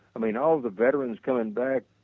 i mean all the veterans coming back.